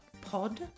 pod